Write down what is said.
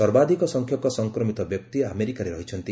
ସର୍ବାଧିକ ସଂଖ୍ୟକ ସଂକ୍ରମିତ ବ୍ୟକ୍ତି ଆମେରିକାରେ ରହିଛନ୍ତି